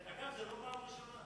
דרך אגב, זה לא פעם ראשונה.